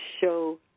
show